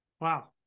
wow